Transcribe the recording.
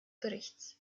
berichts